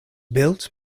built